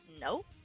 Nope